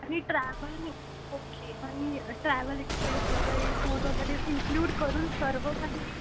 आणि ट्रॅवलनी ओक्के आणि ट्रॅवल एक्स्पेन्स वगैरे फूड वगैरे इन्क्ल्यूड करून सर्व काही